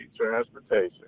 transportation